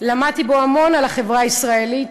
למדתי בו המון על החברה הישראלית,